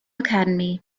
academy